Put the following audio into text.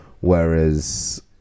whereas